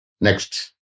Next